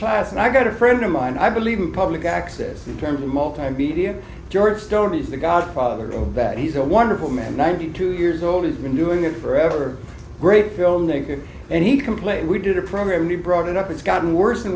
class and i got a friend of mine i believe in public access in terms of multimedia george stone is the godfather of that he's a wonderful man ninety two years old he's been doing it forever great filmmaker and he complained we did a program we brought it up it's gotten worse and